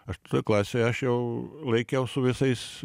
aštuntoj klasėj aš jau laikiau su visais